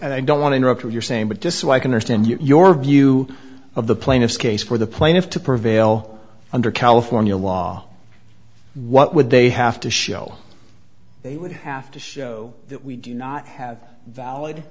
and i don't want to interrupt your saying but just so i can understand your view of the plaintiff's case for the plaintiff to prevail under california law what would they have to show they would have to show that we do not have valid